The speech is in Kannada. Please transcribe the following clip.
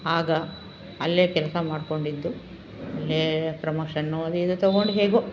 ಆಗ ಅಲ್ಲೇ ಕೆಲಸ ಮಾಡಿಕೊಂಡಿದ್ದು ಅಲ್ಲೇ ಪ್ರಮೋಷನ್ನು ಅದು ಇದು ತೊಗೊಂಡು ಹೇಗೋ